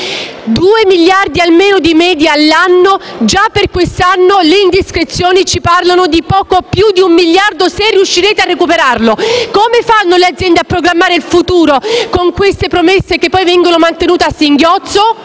miliardi di media all'anno, ma già per quest'anno le indiscrezioni ci parlano di poco più di un miliardo, se riuscirete a recuperarlo. Come fanno le aziende a programmare il futuro con promesse che vengono mantenute a singhiozzo?